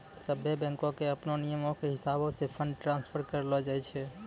सभ्भे बैंको के अपनो नियमो के हिसाबैं से फंड ट्रांस्फर करलो जाय छै